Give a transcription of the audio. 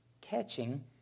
catching